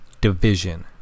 Division